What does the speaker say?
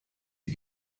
die